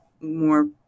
more